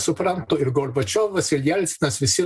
suprantu ir gorbačiovas ir jelcinas visi